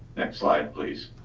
next slide, please.